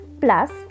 plus